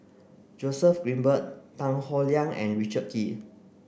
Joseph Grimberg Tan Howe Liang and Richard Kee